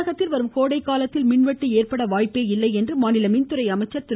தமிழகத்தில் வரும் கோடைக்காலத்தில் மின்வெட்டு ஏற்பட வாய்ப்பே இல்லை என்று மாநில மின்துறை அமைச்சர் திரு